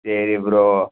சரி ப்ரோ